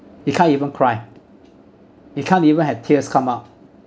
you can't even cry you can't even had tears come up